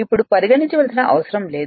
ఇప్పుడు పరిగణించవలసిన అవసరం లేదు